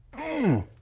oh,